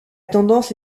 tendance